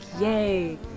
yay